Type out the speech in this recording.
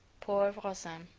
poor rozaine!